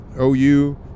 OU